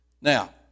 Now